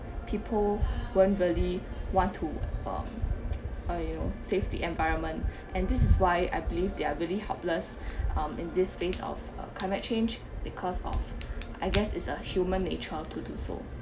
people weren't really want to uh uh you know save the environment and this is why I believe they are really helpless um in this phase of climate change because of I guess it's a human nature to do so